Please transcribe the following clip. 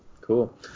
Cool